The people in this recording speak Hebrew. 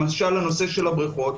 למשל בנושא של הבריכות.